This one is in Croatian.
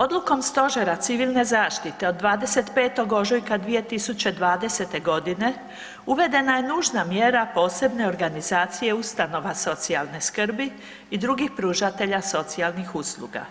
Odlukom Stožera civilne zaštite od 25. ožujka 2020. godine uvedena je nužna mjera posebne organizacije ustanova socijalne skrbi i drugih pružatelja socijalnih usluga